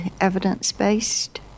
evidence-based